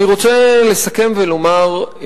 אני רוצה לסכם ולומר,